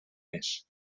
més